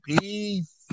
peace